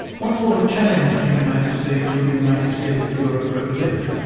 what sort of challenge to the united states would a united states of europe represent?